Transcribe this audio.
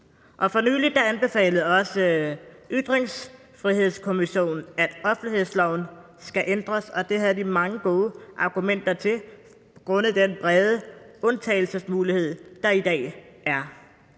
For nylig anbefalede også Ytringsfrihedskommissionen, at offentlighedsloven skulle ændres, og det havde de mange gode argumenter for grundet den brede undtagelsesmulighed, der i dag er